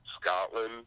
Scotland